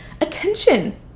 attention